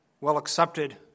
well-accepted